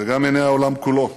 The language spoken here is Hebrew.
וגם עיני העולם כולו,